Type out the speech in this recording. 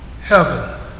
heaven